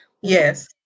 Yes